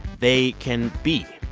they can be,